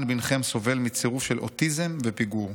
'ערן בנכם סובל מצירוף של אוטיזם ופיגור,